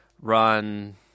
run